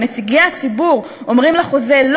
נציגי הציבור אומרים לא לחוזה,